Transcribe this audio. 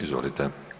Izvolite.